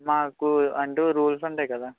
మాకూ అంటూ రూల్స్ ఉంటాయి కదా